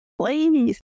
Please